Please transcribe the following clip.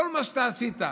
וכל מה שאתה עשית,